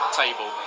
table